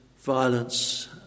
violence